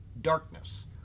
darkness